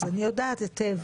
אני יודעת היטב